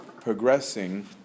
progressing